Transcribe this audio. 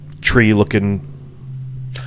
tree-looking